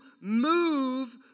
move